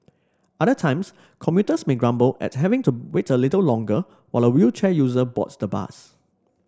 other times commuters may grumble at having to wait a little longer while a wheelchair user boards the bus